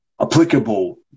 applicable